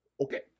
Okay